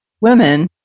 women